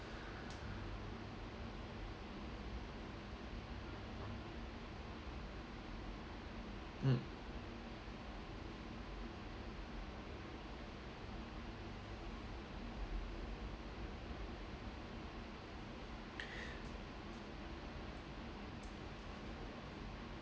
mm